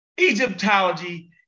Egyptology